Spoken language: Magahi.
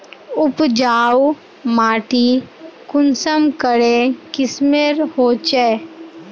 उपजाऊ माटी कुंसम करे किस्मेर होचए?